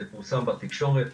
זה פורסם בתקשורת,